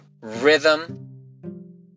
rhythm